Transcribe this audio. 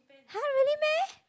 [huh] really meh